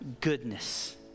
goodness